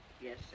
Yes